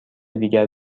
دیگر